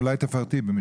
אולי תפרטי במשפט.